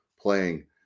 playing